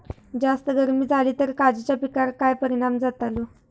जास्त गर्मी जाली तर काजीच्या पीकार काय परिणाम जतालो?